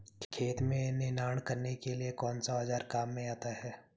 खेत में निनाण करने के लिए कौनसा औज़ार काम में आता है?